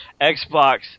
Xbox